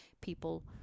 people